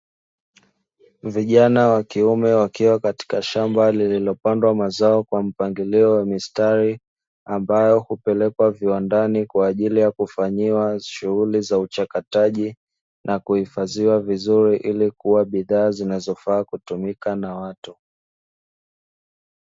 Vijana wa kiume wakiwa katika shamba lililopandwa mazao kwa mpangilio wa mistari, ambayo hupelekwa viwandani kwa ajili ya kufanyiwa shughuli za uchakataji, na kuhifadhiwa vizuri ili kuwa bidhaa zinazofaa kutumika na watu.